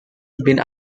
been